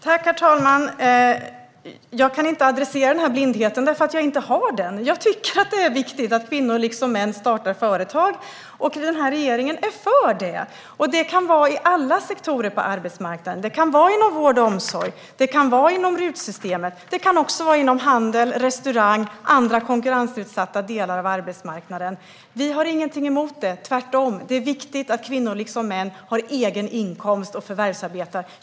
Herr talman! Jag kan inte adressera den här blindheten därför att jag inte har den. Jag tycker att det är viktigt att kvinnor liksom män startar företag. Den här regeringen är för det. Det kan vara i alla sektorer på arbetsmarknaden. Det kan vara inom vård och omsorg. Det kan vara inom RUT-systemet. Det kan också vara inom handel, restaurang eller andra konkurrensutsatta delar av arbetsmarknaden. Vi har ingenting emot det. Tvärtom är det viktigt att kvinnor liksom män har egen inkomst och förvärvsarbetar.